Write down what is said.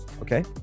Okay